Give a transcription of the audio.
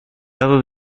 lado